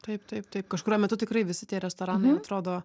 taip taip taip kažkuriuo metu tikrai visi tie restoranai atrodo